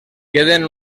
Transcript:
queden